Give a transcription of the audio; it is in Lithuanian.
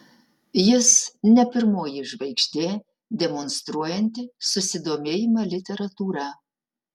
jis ne pirmoji žvaigždė demonstruojanti susidomėjimą literatūra